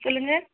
சொல்லுங்கள்